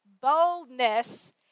boldness